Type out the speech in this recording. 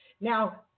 Now